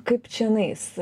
kaip čianais